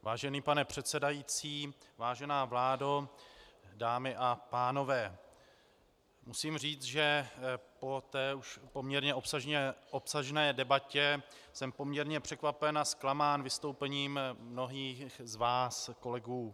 Vážený pane předsedající, vážená vládo, dámy a pánové, musím říct, že poté už poměrně obsažné debatě jsem poměrně překvapen a zklamán vystoupením mnohých z vás kolegů.